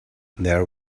there